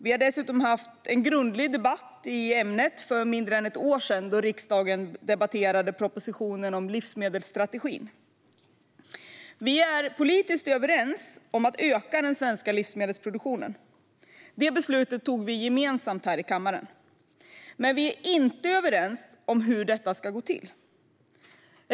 Vi har dessutom haft en grundlig debatt i ämnet för mindre än ett år sedan, då riksdagen debatterade propositionen om livsmedelsstrategin. Vi är politiskt överens om att öka den svenska livsmedelsproduktionen. Det beslutet fattade vi gemensamt här i kammaren. Men vi är inte överens om hur detta ska gå till.